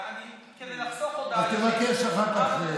כדי לחסוך הודעה אישית, אז תבקש אחר כך.